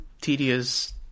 tedious